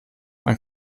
man